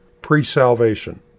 pre-salvation